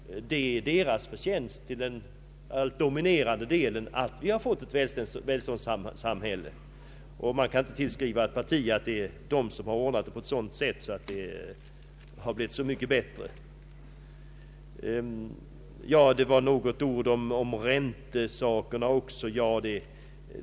Det är naturligtvis deras förtjänst till övervägande del att vi har fått ett välfärdssamhälle. Man kan inte tillskriva ett parti äran av att det blivit mycket bättre i samhället. Jag vill sedan säga ett par ord i räntefrågan.